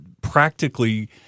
practically